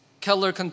Keller